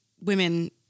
women